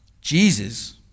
Jesus